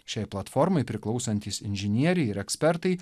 šiai platformai priklausantys inžinieriai ir ekspertai